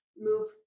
Move